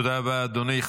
תודה רבה, אדוני.